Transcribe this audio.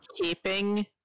keeping